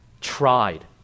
tried